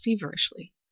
feverishly